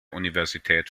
universität